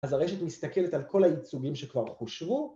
‫אז הרשת מסתכלת על כל ‫העיצובים שכבר חושבו.